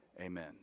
amen